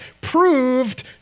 proved